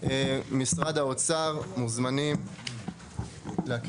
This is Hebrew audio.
משרד האוצר, מוזמנים להקריא.